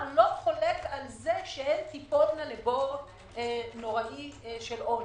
לא חולק על זה שהן תיפולנה לבור נוראי של עוני.